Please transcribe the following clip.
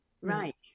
Right